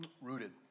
rooted